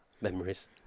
Memories